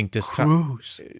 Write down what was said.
Cruise